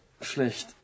Schlecht